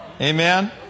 Amen